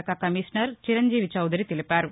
శాఖ కమిషనర్ చిరంజీవి చౌదరి తెలిపారు